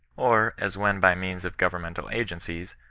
or, as when, by means of governmental agencies,